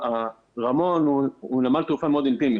רמון הוא נמל תעופה מאוד אינטימי,